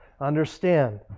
Understand